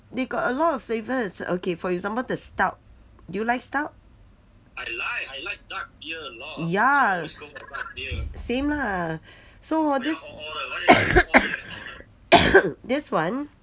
they got a lot of flavours okay for example the stout do you like stout ya same lah so hor this this one